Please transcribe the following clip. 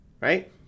Right